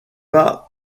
pas